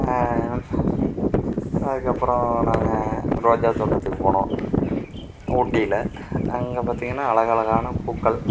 அதுக்கு அப்புறம் நாங்கள் ரோஜா தோட்டத்துக்கு போனோம் ஊட்டியில் அங்கே பார்த்திங்கன்னா அழகழகான பூக்கள்